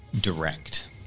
direct